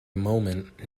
moment